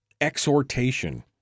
exhortation